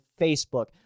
Facebook